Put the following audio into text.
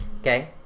Okay